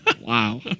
Wow